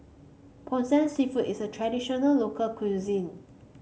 seafood is a traditional local cuisine